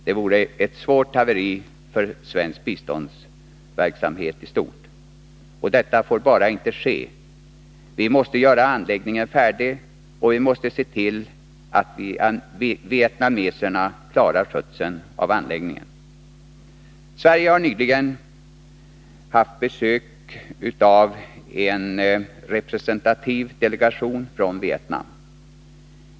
Det vore ett svårt haveri för svensk biståndsverksamhet i stort. Detta får bara inte ske. Vi måste göra anläggningen färdig, och vi måste se till att vietnameserna klarar skötseln av anläggningen. Sverige har nyligen haft besök av en representativ delegation från Vietnam.